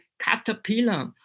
caterpillar